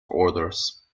orders